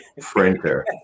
printer